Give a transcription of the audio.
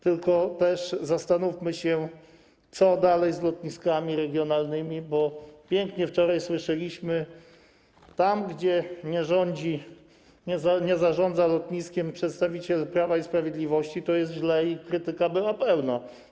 Tylko też zastanówmy się, co dalej z lotniskami regionalnymi, bo pięknie wczoraj słyszeliśmy: tam gdzie nie rządzi, nie zarządza lotniskiem przedstawiciel Prawa i Sprawiedliwości, to jest źle i krytyka była pełna.